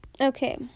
Okay